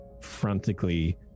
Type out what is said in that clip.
frantically